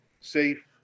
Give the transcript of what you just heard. safe